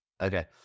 Okay